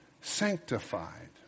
Sanctified